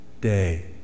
day